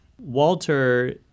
walter